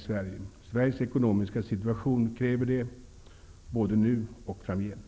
Sveriges ekonomiska situation kräver det, både nu och framgent.